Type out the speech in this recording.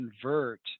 convert